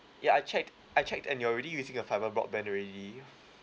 ya I checked I checked and you're already using a fibre broadband already